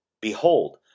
Behold